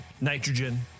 nitrogen